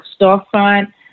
storefront